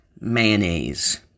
mayonnaise